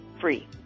free